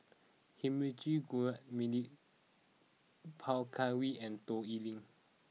Heinrich Gouh Emil Poh Kay Wee and Toh Liying